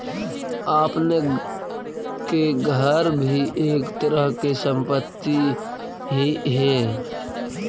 आपने के घर भी एक तरह के संपत्ति ही हेअ